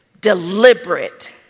deliberate